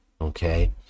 okay